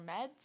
meds